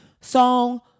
song